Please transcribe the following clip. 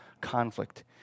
conflict